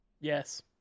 Yes